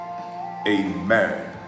amen